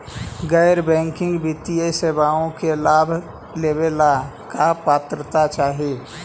गैर बैंकिंग वित्तीय सेवाओं के लाभ लेवेला का पात्रता चाही?